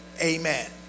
Amen